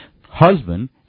Husband